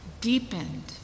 deepened